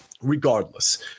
regardless